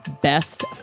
best